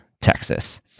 Texas